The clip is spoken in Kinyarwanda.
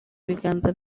biganza